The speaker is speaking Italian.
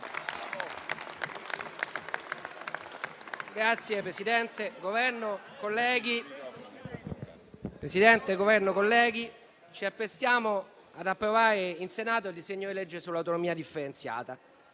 rappresentanti del Governo, colleghi, ci apprestiamo ad approvare in Senato il disegno di legge sull'autonomia differenziata,